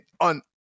on